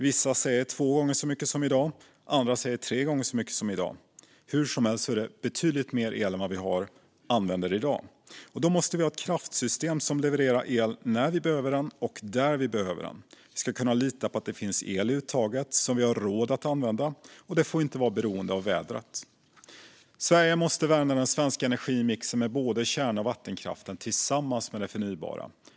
Vissa säger två gånger så mycket som i dag; andra säger tre gånger så mycket som i dag. Hur som helst är det betydligt mycket mer el än vad vi använder i dag. Då måste vi ha ett kraftsystem som levererar el när vi behöver den och där vi behöver den. Vi ska kunna lita på att det finns el i uttaget som vi har råd att använda, och det får inte vara beroende av vädret. Sverige måste värna den svenska energimixen med kärn och vattenkraften tillsammans med det förnybara.